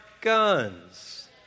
guns